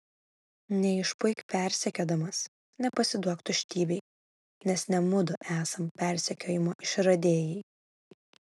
neišpuik persekiodamas nepasiduok tuštybei nes ne mudu esam persekiojimo išradėjai